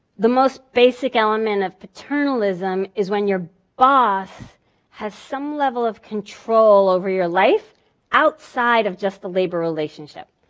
the most basic element of paternalism is when your boss has some level of control over your life outside of just the labor relationship.